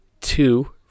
two